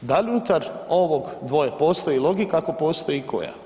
Da li unutar ovog dvoje postoji logika, ako postoji i koja?